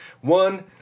One